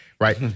right